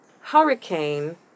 hurricane